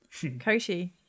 Koshi